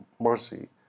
mercy